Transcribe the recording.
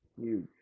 huge